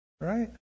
right